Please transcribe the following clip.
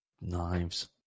knives